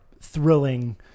thrilling